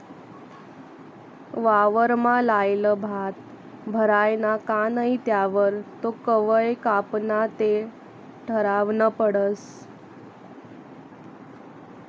वावरमा लायेल भात भरायना का नही त्यावर तो कवय कापाना ते ठरावनं पडस